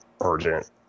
urgent